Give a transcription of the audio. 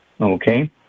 Okay